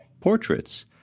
portraits